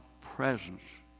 presence